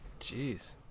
Jeez